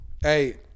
Hey